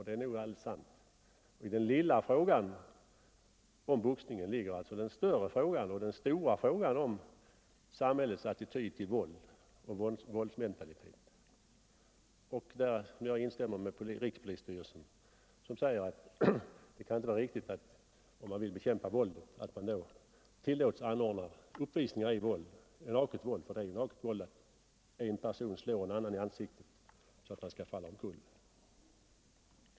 Det är nog alldeles sant. I den lilla frågan om boxningen ligger alltså den stora frågan om samhällets attityd till våld och våldsmentalitet, där jag instämmer med rikspolisstyrelsen, som säger att det inte kan vara riktigt, om man vill bekämpa våldet, att tillåta uppvisningar i naket våld — boxning är ju naket våld — där en person slår en annan i ansiktet, så att han skall falla omkull.